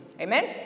Amen